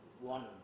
one